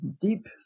Deep